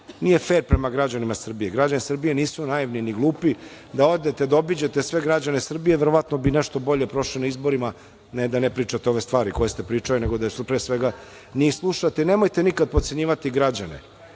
nije fer prema građanima Srbije. Građani Srbije nisu naivni, ni glupi. Da odete da obiđete sve građane Srbije verovatno bi nešto bolje prošli na izborima, ne da ne pričate ove stvari koje ste pričali, nego pre svega da njih slušate. Nemojte nikad potcenjivati građane.